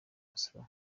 castro